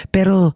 Pero